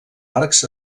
arcs